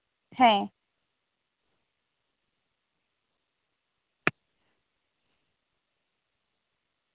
ᱦᱮᱸ